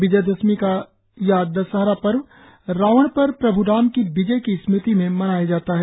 विजयदशमी या दशहरा पर्व रावण पर प्रभ् राम की विजय की स्मृति में मनाया जाता है